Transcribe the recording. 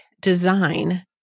design